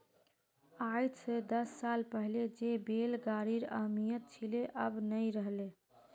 आइज स दस साल पहले जे बैल गाड़ीर अहमियत छिले अब नइ रह ले